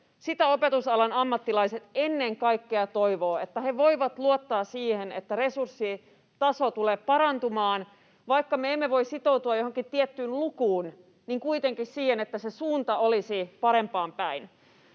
Sitä opetusalan ammattilaiset ennen kaikkea toivovat, että he voivat luottaa siihen, että resurssitaso tulee parantumaan — vaikka me emme voi sitoutua johonkin tiettyyn lukuun, niin kuitenkin siihen, että se suunta olisi parempaan päin.